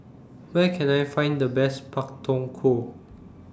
Where Can I Find The Best Pak Thong Ko